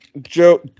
Joe